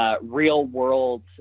real-world